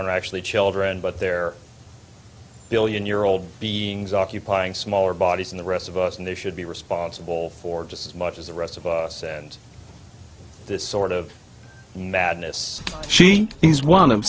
are actually children but they're billion year old beings occupying smaller bodies in the rest of us and they should be responsible for just as much as the rest of us and this sort of in that lists she is one of